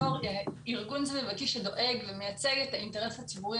בתור ארגון סביבתי שדואג ומייצג את האינטרס הסביבתי,